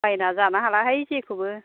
बायना जानो हालाहाय जेखौबो